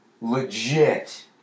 legit